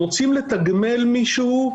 רוצים לתגמל מישהו,